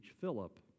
Philip